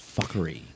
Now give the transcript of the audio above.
fuckery